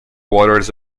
waters